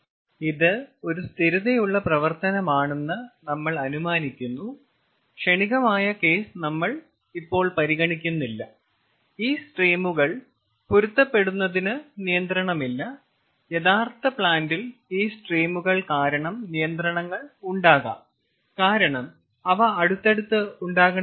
ഇത് ഒരു സ്ഥിരതയുള്ള പ്രവർത്തനമാണെന്ന് നമ്മൾ അനുമാനിക്കുന്നു ക്ഷണികമായ കേസ് നമ്മൾ പരിഗണിക്കുന്നില്ല ഈ സ്ട്രീമുകൾ പൊരുത്തപ്പെടുന്നതിന് നിയന്ത്രണമില്ല യഥാർത്ഥ പ്ലാന്റിൽ ഈ സ്ട്രീമുകൾ കാരണം നിയന്ത്രണങ്ങൾ ഉണ്ടാകും കാരണം അവ അടുത്തടുത്ത് ഉണ്ടാകണമെന്നില്ല